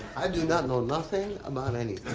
i do not know nothing about anything.